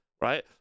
right